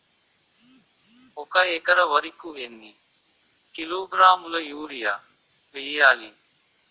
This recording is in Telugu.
ఒక ఎకర వరి కు ఎన్ని కిలోగ్రాముల యూరియా వెయ్యాలి?